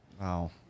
Wow